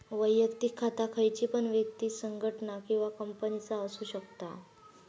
वैयक्तिक खाता खयची पण व्यक्ति, संगठना किंवा कंपनीचा असु शकता